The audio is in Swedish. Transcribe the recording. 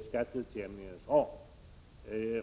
skatteutjämningens ram.